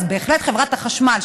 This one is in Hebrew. אז בהחלט חברת חשמל,